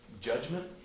judgment